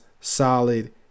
solid